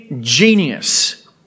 genius